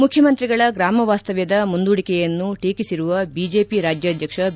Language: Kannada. ಮುಖ್ಯಮಂತ್ರಿಗಳ ಗ್ರಾಮ ವಾಸ್ತವ್ಯದ ಮುಂದೂಡಿಕೆಯನ್ನು ಟೀಕಿಸಿರುವ ಬಿಜೆಪಿ ರಾಜ್ಯಾಧ್ವಕ್ಷ ಬಿ